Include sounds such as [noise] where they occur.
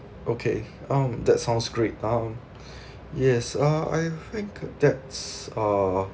okay um that sounds great um [breath] yes uh I think that's uh